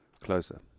Closer